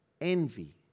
envy